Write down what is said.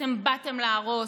אתם באתם להרוס,